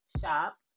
Shop